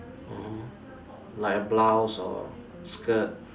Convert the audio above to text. mmhmm like a blouse or skirt